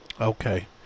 Okay